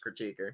critiquer